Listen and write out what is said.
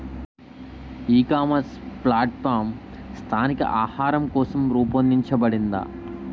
ఈ ecommerce platform స్థానిక ఆహారం కోసం రూపొందించబడిందా?